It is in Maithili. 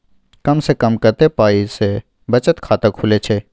कम से कम कत्ते पाई सं बचत खाता खुले छै?